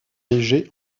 égée